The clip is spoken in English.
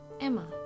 Emma